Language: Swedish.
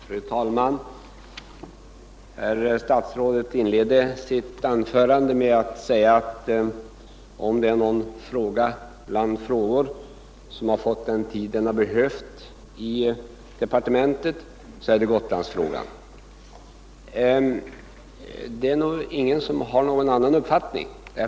Fru talman! Herr statsrådet inledde sitt anförande med att säga att om det är någon fråga som fått den tid den behövt i departementet, så är det Gotlandsfrågan. Det är nog ingen som har någon annan uppfattning.